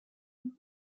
und